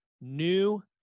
new